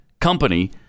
company